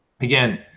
again